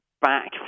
back